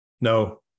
no